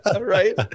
right